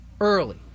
Early